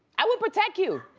i will protect you.